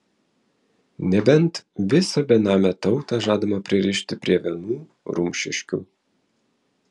nebent visą benamę tautą žadama pririšti prie vienų rumšiškių